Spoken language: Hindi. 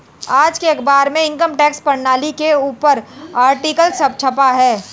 आज के अखबार में इनकम टैक्स प्रणाली के ऊपर आर्टिकल छपा है